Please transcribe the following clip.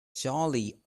jolly